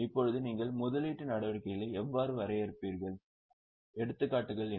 இப்போது நீங்கள் முதலீட்டு நடவடிக்கைகளை எவ்வாறு வரையறுப்பீர்கள் எடுத்துக்காட்டுகள் என்ன